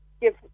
give